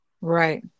right